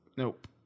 Nope